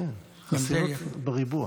כן, חסינות בריבוע.